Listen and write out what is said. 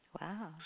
Wow